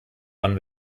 van